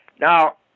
Now